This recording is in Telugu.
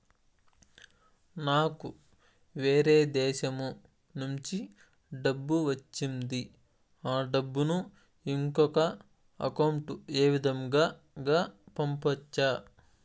నాకు వేరే దేశము నుంచి డబ్బు వచ్చింది ఆ డబ్బును ఇంకొక అకౌంట్ ఏ విధంగా గ పంపొచ్చా?